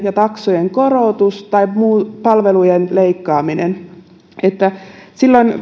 ja taksojen korotus tai palvelujen leikkaaminen pelkään sitä että silloin